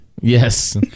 Yes